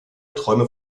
träume